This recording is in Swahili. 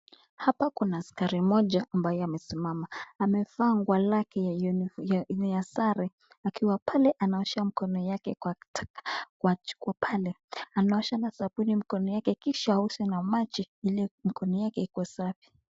Hapa kuna askari mmoja ambaye amesimama amevaa nguo lake yeny yenye yenye ya sare akiwa pale anaosha mikono yake kwa kwa pale. Anaosha na sabuni mikono yake kisha aoshe na maji ili mikono yake ikuwe safi.